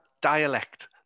dialect